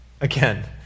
again